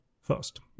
first